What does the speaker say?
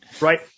right